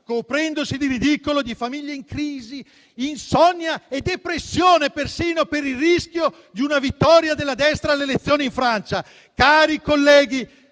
(coprendosi di ridicolo) di famiglie in crisi, persino di insonnia e depressione per il rischio di una vittoria della destra alle elezioni in Francia. Cari colleghi,